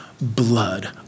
blood